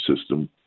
system